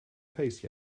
face